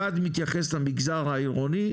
אחד מתייחס למגזר העירוני,